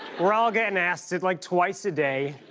we're all getting asked it, like, twice a day.